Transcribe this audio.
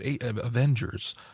Avengers